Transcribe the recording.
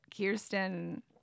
Kirsten